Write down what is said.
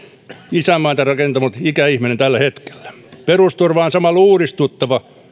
isänmaata rakentanut ikäihminen tällä hetkellä perusturvan on samalla uudistuttava